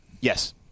Yes